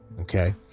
Okay